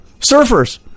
surfers